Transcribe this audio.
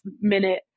minute